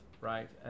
right